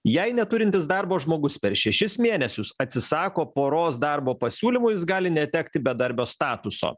jei neturintis darbo žmogus per šešis mėnesius atsisako poros darbo pasiūlymų jis gali netekti bedarbio statuso